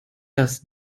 dass